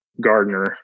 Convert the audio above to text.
Gardner